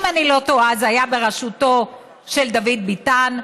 אם אני לא טועה זה היה בראשותו של דוד ביטן,